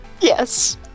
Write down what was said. yes